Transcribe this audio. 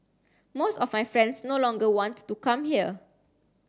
most of my friends no longer want to come here